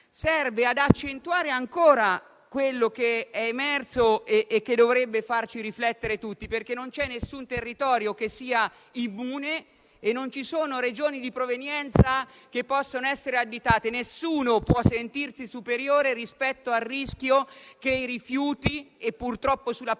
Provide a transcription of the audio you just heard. ma ad accentuare ancora quanto è emerso e dovrebbe farci riflettere tutti. Non c'è infatti territorio alcuno che sia immune e non ci sono Regioni di provenienza che possono essere additate. Nessuno può sentirsi superiore rispetto al rischio che i rifiuti, purtroppo sulla pelle